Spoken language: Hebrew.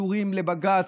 שקשורים לבג"ץ,